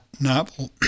novel